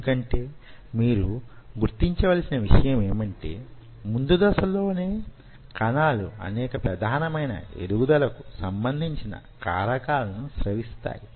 ఎందుకంటే మీరు గుర్తించవలసిన విషయమేమంటే ముందు దశలోనే కణాలు అనేక ప్రధానమైన ఎదుగుదలకు సంబంధించిన కారకాలను స్రవిస్తాయి